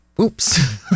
Oops